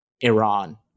Iran